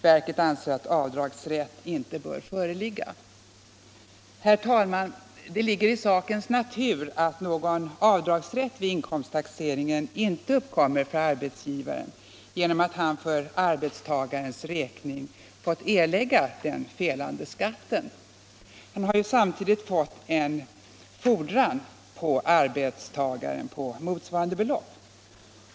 Verket anser att avdragsrätt inte bör föreligga. Herr talman! Det ligger i sakens natur att någon avdragsrätt vid inkomsttaxeringen inte uppkommer för arbetsgivaren genom att han för arbetstagarens räkning har måst erlägga den felande skatten. Han har ju samtidigt fått en fordran på arbetstagaren på motsvarande belopp.